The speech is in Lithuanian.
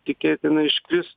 tikėtina iškris